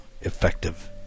effective